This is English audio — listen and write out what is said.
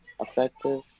effective